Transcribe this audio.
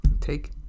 take